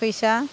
फैसा